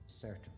certain